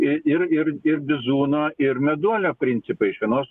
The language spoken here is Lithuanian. ir ir ir bizūno ir meduolio principai iš vienos